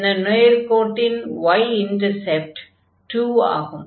இந்த நேர்க்கோட்டின் y intercept 2 ஆகும்